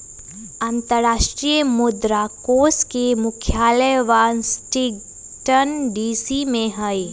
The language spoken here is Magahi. अंतरराष्ट्रीय मुद्रा कोष के मुख्यालय वाशिंगटन डीसी में हइ